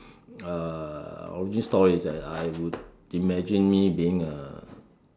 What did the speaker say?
uh origin story is that I would image me being a